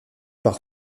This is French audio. par